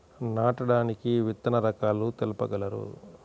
నాటడానికి విత్తన రకాలు తెలుపగలరు?